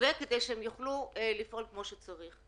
כדאי שהם יוכלו לפעול כמו שצריך.